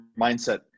mindset